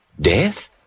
Death